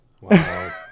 Wow